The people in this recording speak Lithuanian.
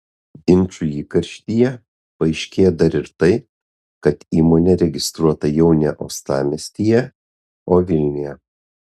ginčų įkarštyje paaiškėjo dar ir tai kad įmonė registruota jau ne uostamiestyje o vilniuje